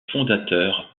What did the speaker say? fondateur